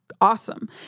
Awesome